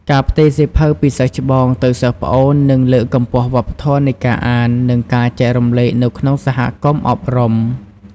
ការផ្ទេរសៀវភៅពីសិស្សច្បងទៅសិស្សប្អូន និងលើកកម្ពស់វប្បធម៌នៃការអាន និងការចែករំលែកនៅក្នុងសហគមន៍អប់រំ។